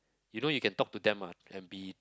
you know you can talk to them ah and be